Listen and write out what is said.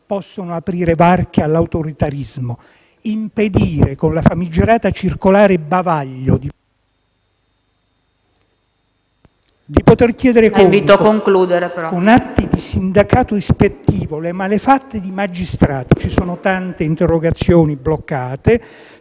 possono aprire varchi all'autoritarismo e impedire, con la famigerata circolare bavaglio, di chiedere conto, con atti di sindacato ispettivo, delle malefatte dei magistrati. Ci sono tante interrogazioni bloccate: